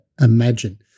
imagine